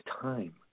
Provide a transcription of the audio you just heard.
time